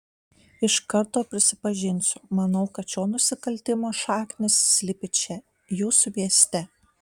iš karto prisipažinsiu manau kad šio nusikaltimo šaknys slypi čia jūsų mieste